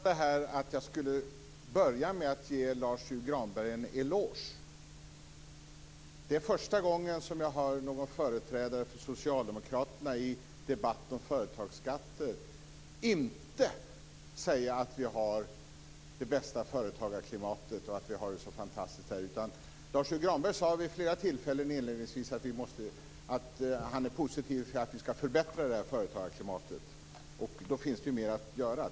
Herr talman! Jag noterade att jag skulle börja med att ge Lars U Granberg en eloge. Det är första gången en företrädare för socialdemokraterna i en debatt om företagsskatter inte säger att vi har det bästa företagarklimatet och att vi har det så fantastiskt här. Lars U Granberg sade vid flera tillfällen att han är positiv till att vi skall förbättra företagarklimatet. Då finns det ju mer att göra.